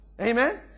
Amen